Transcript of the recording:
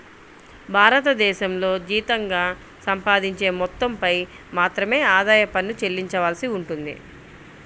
భారతదేశంలో జీతంగా సంపాదించే మొత్తంపై మాత్రమే ఆదాయ పన్ను చెల్లించవలసి ఉంటుంది